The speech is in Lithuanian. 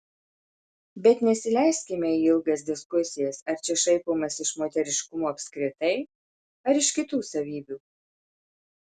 bet nesileiskime į ilgas diskusijas ar čia šaipomasi iš moteriškumo apskritai ar iš kitų savybių